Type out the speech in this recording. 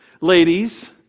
ladies